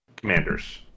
Commanders